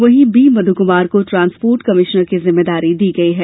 वहीं बी मधु कुमार को transport commissioner की जिम्मेदारी दी गई है